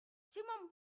simum